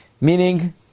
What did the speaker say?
meaning